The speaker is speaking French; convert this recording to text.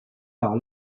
par